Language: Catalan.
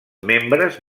membres